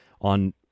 on